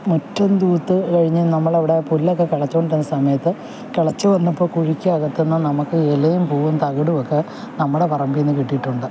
മുറ്റം തൂത്ത് കഴിഞ്ഞ് നമ്മൾ അവിടെ പുല്ലൊക്കെ കിളച്ചുകൊണ്ടിരുന്ന സമയത്ത് കിളച്ചു വന്നപ്പോൾ കുഴിക്കകത്തുനിന്ന് നമുക്ക് ഇലയും പൂവും തകിടും ഒക്കെ നമ്മുടെ പറമ്പിൽ നിന്ന് കിട്ടിയിട്ടുണ്ട്